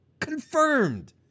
confirmed